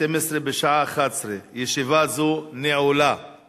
הצבעת או להוסיף אותך?